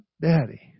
daddy